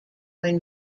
when